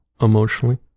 emotionally